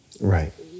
Right